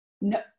No